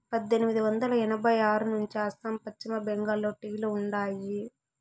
పద్దెనిమిది వందల ఎనభై ఆరు నుంచే అస్సాం, పశ్చిమ బెంగాల్లో టీ లు ఉండాయి